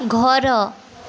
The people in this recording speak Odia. ଘର